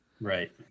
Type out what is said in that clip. Right